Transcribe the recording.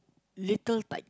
later type